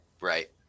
Right